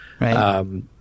Right